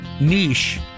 niche